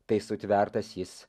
tai sutvertas jis